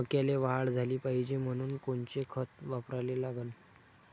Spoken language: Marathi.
मक्याले वाढ झाली पाहिजे म्हनून कोनचे खतं वापराले लागन?